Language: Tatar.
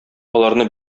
аларны